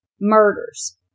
murders